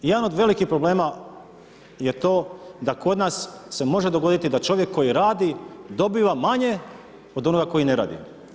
Jedan od velikih problema je to da kod nas se može dogoditi da čovjek koji radi dobiva manje od onoga koji ne radi.